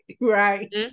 right